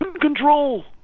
control